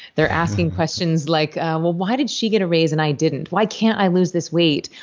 they're asking questions like, well why did she get a raise and i didn't? why can't i lose this weight?